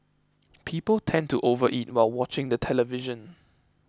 people tend to overeat while watching the television